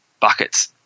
buckets